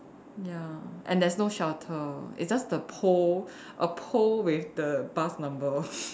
ya and there's no shelter it's just the pole a pole with the bus number